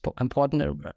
important